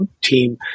team